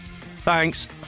Thanks